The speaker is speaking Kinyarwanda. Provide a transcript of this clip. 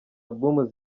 album